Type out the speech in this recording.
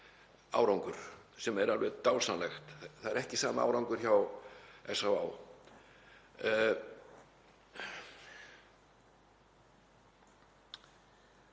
sem er alveg dásamlegt. Það er ekki sami árangur hjá SÁÁ.